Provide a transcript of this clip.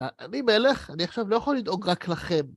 אני מלך, אני עכשיו לא יכול לדאוג רק לכם.